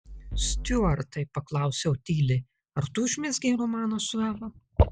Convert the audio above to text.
stiuartai paklausiau tyliai ar tu užmezgei romaną su eva